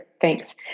Thanks